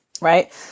right